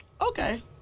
okay